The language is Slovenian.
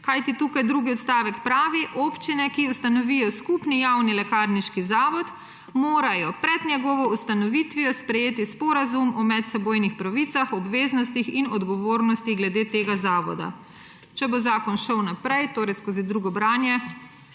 kajti tukaj drugi odstavek pravi: »Občine, ki ustanovijo skupni javni lekarniški zavod, morajo pred njegovo ustanovitvijo sprejeti sporazum o medsebojnih pravicah, obveznostih in odgovornosti glede tega zavoda.« Če bo zakon šel naprej, torej skozi drugo branje,